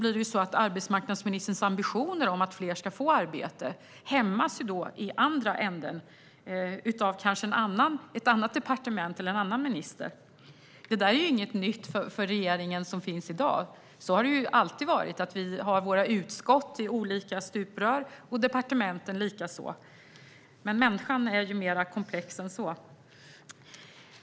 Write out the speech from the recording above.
Dessutom hämmas arbetsmarknadsministerns ambitioner om att fler ska få arbete i andra änden av ett annat departement eller en annan minister. Det där är inget nytt för regeringen som finns i dag. Det har alltid varit så att vi har våra utskott i olika stuprör och departementen likaså - men människan är ju mer komplex än så.